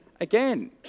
again